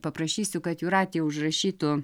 paprašysiu kad jūratė užrašytų